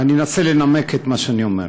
ואני אנסה לנמק את מה שאני אומר.